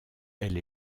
elle